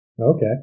Okay